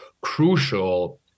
crucial